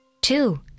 Two